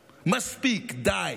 מספיק, די.